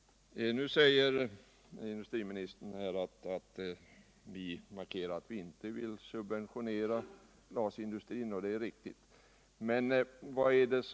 Nu säger industriministern att vi socialdemokrater markerat att vi inte vill subventionera glasindustrin, och det är riktigt.